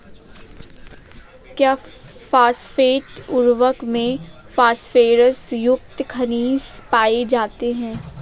क्या फॉस्फेट उर्वरक में फास्फोरस युक्त खनिज पाए जाते हैं?